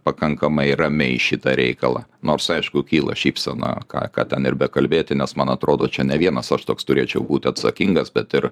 pakankamai ramiai į šitą reikalą nors aišku kyla šypsena ką ką ten ir bekalbėti nes man atrodo čia ne vienas aš toks turėčiau būt atsakingas bet ir